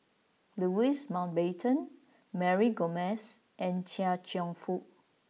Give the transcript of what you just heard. Louis Mountbatten Mary Gomes and Chia Cheong Fook